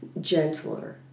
gentler